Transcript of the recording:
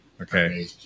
Okay